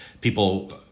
people